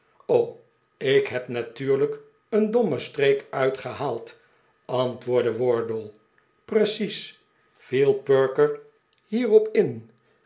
ik heb natuurlijk een dommen streek uitgehaald antwoordde wardle precies viel perker hierop in